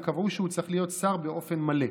הם קבעו שהוא צריך להיות שר באופן מלא.